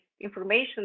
information